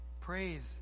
Praise